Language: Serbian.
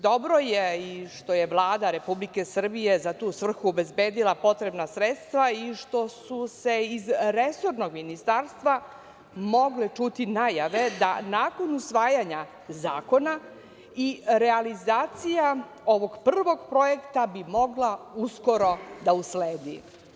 Dobro je i što je Vlada Republike Srbije za tu svrhu obezbedila potrebna sredstva i što su se iz resornog ministarstva mogle čuti najave da nakon usvajanja zakona i realizacija ovog prvog projekta bi mogla uskoro da usledi.